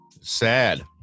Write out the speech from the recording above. Sad